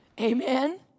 Amen